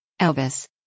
Elvis